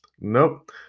Nope